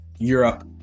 europe